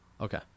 Okay